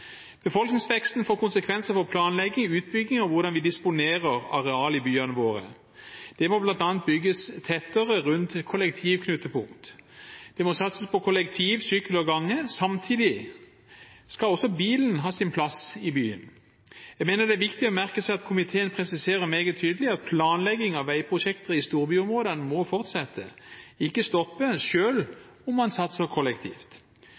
Befolkningsveksten får konsekvenser for planlegging, utbygging og hvordan vi disponerer areal i byene våre. Det må bl.a. bygges tettere rundt kollektivknutepunkt. Det må satses på kollektiv, sykkel og gange. Samtidig skal også bilen ha sin plass i byen. Jeg mener det er viktig å merke seg at komiteen presiserer meget tydelig at planlegging av veiprosjekter i storbyområdene må fortsette, ikke stoppe, selv om man satser kollektivt.